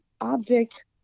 object